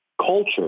culture